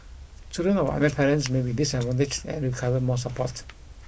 children of unwed parents may be disadvantaged and require more support